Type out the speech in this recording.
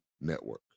Network